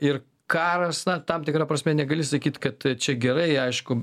ir karas tam tikra prasme negali sakyt kad čia gerai aišku